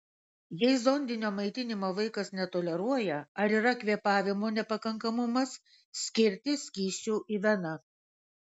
jei zondinio maitinimo vaikas netoleruoja ar yra kvėpavimo nepakankamumas skirti skysčių į veną